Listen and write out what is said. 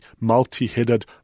multi-headed